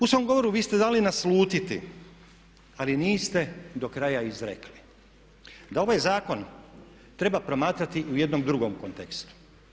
U svom govoru vi ste dali naslutiti ali niste do kraja izrekli da ovaj zakon treba promatrati i u jednom drugom kontekstu.